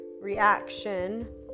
reaction